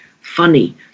funny